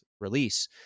release